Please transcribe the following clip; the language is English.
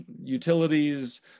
utilities